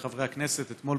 חבריי חברי הכנסת, אתמול